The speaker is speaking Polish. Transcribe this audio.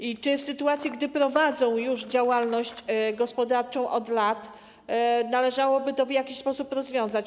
I czy w sytuacji, gdy prowadzą już działalność gospodarczą od lat, należałoby to w jakiś sposób rozwiązać?